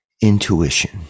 Intuition